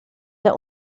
der